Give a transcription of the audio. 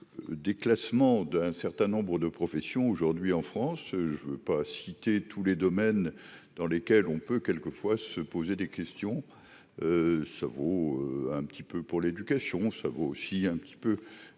de déclassement d'un certain nombre de professions aujourd'hui en France, je ne veux pas citer tous les domaines dans lesquels on peut quelquefois se poser des questions, ça vaut un petit peu pour l'éducation, ça vaut aussi un petit peu